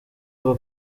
ngo